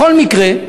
בכל מקרה,